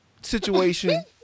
situation